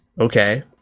okay